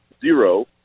zero